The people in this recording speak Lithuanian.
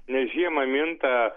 nes žiemą minta